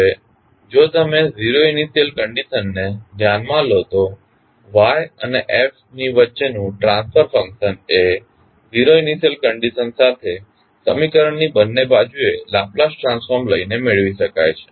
હવે જો તમે ઝિરો ઇનિશ્યલ કંડીશન્સ ને ધ્યાનમાં લો તો Y અને F ની વચ્ચેનું ટ્રાન્સફર ફંક્શન એ ઝિરો ઇનિશ્યલ કંડીશન્સ સાથે સમીકરણની બંને બાજુએ લાપ્લાસ ટ્રાન્સફોર્મ લઈને મેળવી શકાય છે